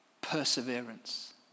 perseverance